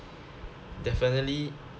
definitely